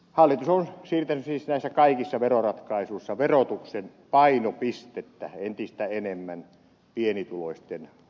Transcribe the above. hallitus on siirtänyt siis näissä kaikissa veroratkaisuissa verotuksen painopistettä entistä enemmän pienituloisten harteille